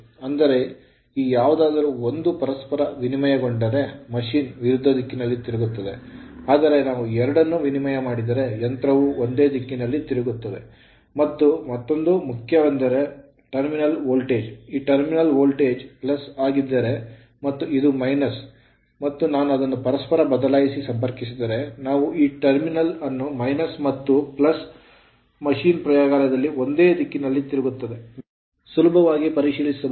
ಅಂದರೆ ಈ ಯಾವುದಾದರೂ ಒಂದು ಪರಸ್ಪರ ವಿನಿಮಯಗೊಂಡರೆ machine ಯಂತ್ರವು ವಿರುದ್ಧ ದಿಕ್ಕಿನಲ್ಲಿ ತಿರುಗುತ್ತದೆ ಆದರೆ ನಾವು ಎರಡನ್ನೂ ವಿನಿಮಯ ಮಾಡಿದರೆ ಯಂತ್ರವು ಒಂದೇ ದಿಕ್ಕಿನಲ್ಲಿ ತಿರುಗುತ್ತದೆ ಮತ್ತು ಮತ್ತೊಂದು ಮುಖ್ಯವೆಂದರೆ terminal ಟರ್ಮಿನಲ್ ವೋಲ್ಟೇಜ್ ಈ terminal ಟರ್ಮಿನಲ್ ವೋಲ್ಟೇಜ್ ಆಗಿದ್ದರೆ ಮತ್ತು ಇದು ಮತ್ತು ನಾನು ಅದನ್ನು ಪರಸ್ಪರ ಬದಲಾಯಿಸಿ ಸಂಪರ್ಕಿಸಿದರೆ ನಾವು ಈ terminal ಟರ್ಮಿನಲ್ ಅನ್ನು ಮತ್ತು ಇದು machine ಯಂತ್ರವು ಪ್ರಯೋಗಾಲಯದಲ್ಲಿ ಒಂದೇ ದಿಕ್ಕಿನಲ್ಲಿ ತಿರುಗುತ್ತದೆ ನೀವು ಸುಲಭವಾಗಿ ಪರಿಶೀಲಿಸಬಹುದು